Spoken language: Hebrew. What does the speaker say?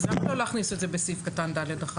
אז למה לא להכניס את זה בסעיף קטן (ד1)?